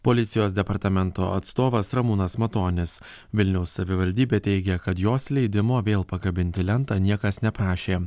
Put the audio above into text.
policijos departamento atstovas ramūnas matonis vilniaus savivaldybė teigia kad jos leidimo vėl pakabinti lentą niekas neprašė